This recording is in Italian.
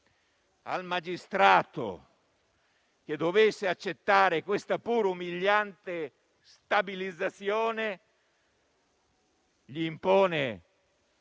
al magistrato, che dovesse accettare questa pur umiliante stabilizzazione, nel